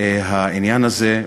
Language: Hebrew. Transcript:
העניין הזה.